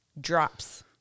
drops